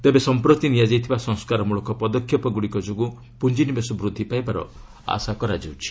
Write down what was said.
ତେବେ ସମ୍ପ୍ରତି ନିଆଯାଇଥିବା ସଂସ୍କାରମୂଳକ ପଦକ୍ଷେପଗୁଡ଼ିକ ଯୋଗୁଁ ପୁଞ୍ଜିନିବେଶ ବୃଦ୍ଧି ପାଇବାର ଆଶା କରାଯାଉଛି